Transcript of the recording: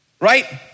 Right